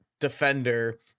defender